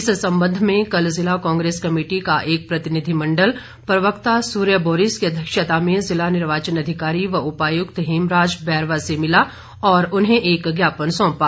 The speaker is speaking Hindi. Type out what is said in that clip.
इस संबंध में कल जिला कांग्रेस कमेटी का एक प्रतिनिधिमंडल प्रवक्ता सूर्य बोरिस की अध्यक्षता में जिला निर्वाचन अधिकारी व उपायुक्त हेमराज बैरवा से मिला और उन्हें एक ज्ञापन सौंपा